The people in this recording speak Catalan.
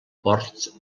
ports